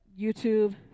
YouTube